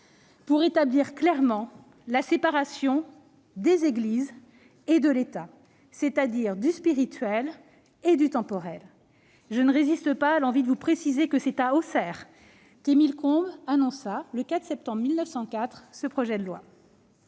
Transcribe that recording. pour établir clairement la séparation des Églises et de l'État, c'est-à-dire du spirituel et du temporel. Je ne résiste pas à l'envie de vous préciser que c'est à Auxerre qu'Émile Combes annonça, le 4 septembre 1904, ce projet de loi.